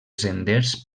senders